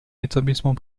établissement